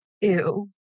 Ew